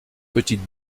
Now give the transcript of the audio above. petite